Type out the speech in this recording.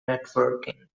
networking